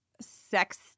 sex